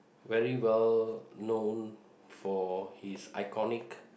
very well known for his iconic